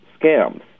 scams